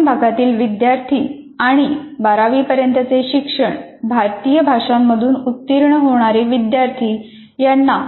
ग्रामीण भागातील विद्यार्थी आणि बारावीपर्यंतचे शिक्षण भारतीय भाषांमधून उत्तीर्ण होणारे विद्यार्थी यांना